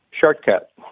Shortcut